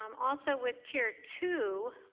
um also, with tier two,